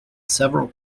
several